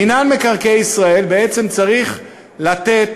מינהל מקרקעי ישראל בעצם צריך לתת